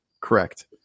correct